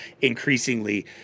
increasingly